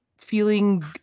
feeling